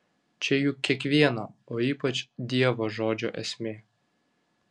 čia juk kiekvieno o ypač dievo žodžio esmė